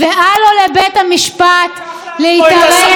ואל לו לבית המשפט להתערב בהליך כזה.